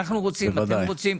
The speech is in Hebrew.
אנחנו רוצים אתם רוצים,